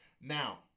Now